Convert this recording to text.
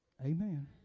Amen